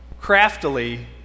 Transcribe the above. craftily